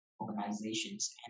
organizations